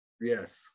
Yes